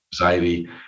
anxiety